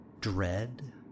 Dread